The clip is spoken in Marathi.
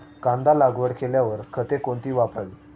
कांदा लागवड केल्यावर खते कोणती वापरावी?